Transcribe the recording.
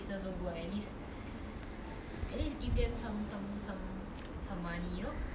ya lor but you see lah around here COVID also quite a lot of people